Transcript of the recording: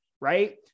right